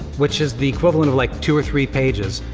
which is the equivalent of like two or three pages.